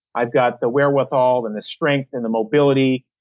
i've got the wherewithal and the strength and the mobility.